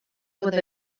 with